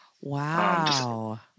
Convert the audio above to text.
Wow